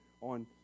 on